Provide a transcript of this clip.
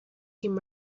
came